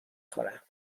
خورم